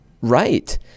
right